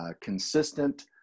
consistent